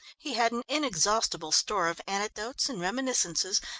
he had an inexhaustible store of anecdotes and reminiscences,